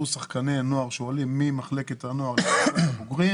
שחקני נוער שעולים ממחלקת הנוער למחלקת הבוגרים.